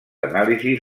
anàlisis